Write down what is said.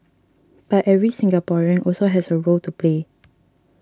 but every Singaporean also has a role to play